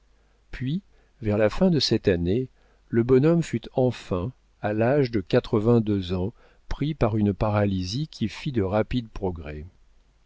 puis vers la fin de cette année le bonhomme fut enfin à l'âge de quatre-vingt-deux ans pris par une paralysie qui fit de rapides progrès